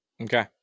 Okay